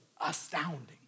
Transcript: astounding